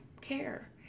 care